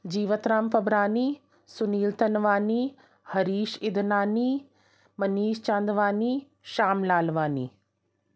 Jivat Ram Fabrani Sunil Tanwani Harish Idnani Manish Chandwani Sham Lalwani